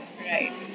Right